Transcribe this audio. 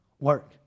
work